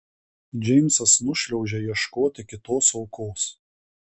džeimsas nušliaužia ieškoti kitos aukos